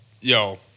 Yo